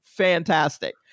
fantastic